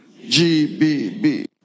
GBB